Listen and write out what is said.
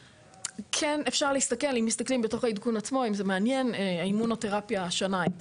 כן אפשר להסתכל אם מסתכלים בתוך העדכון עצמו לאימונותרפיה היו